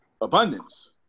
abundance